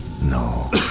No